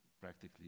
practically